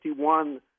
51